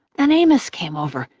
then amos came over,